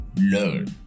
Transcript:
learn